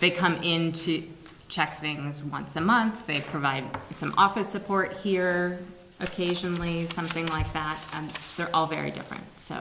they come in to check things once a month they provide some office support here occasionally something i found they're all very different so